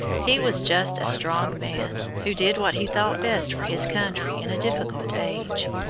he was just a strong man, who did what he thought best for his country in a difficult age.